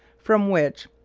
from which,